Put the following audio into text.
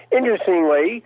interestingly